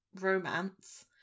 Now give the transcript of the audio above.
romance